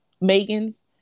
Megan's